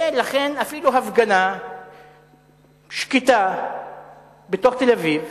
ולכן אפילו הפגנה שקטה בתוך תל-אביב